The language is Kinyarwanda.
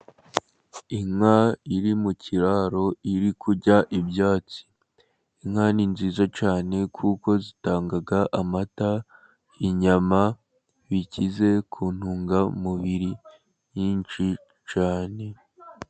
Inka iri mu kiraro iri kurya ibyatsi, inka ni nziza cyane kuko zitanga amata, inyama, bikize ku ntungamubiri nyinshi cyane.